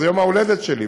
זה יום ההולדת הלועזי שלי,